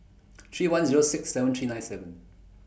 three one Zero six seven three nine seven